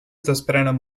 desprenen